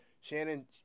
Shannon